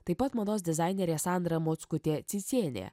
taip pat mados dizainerė sandra mockutė cicėnė